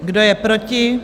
Kdo je proti?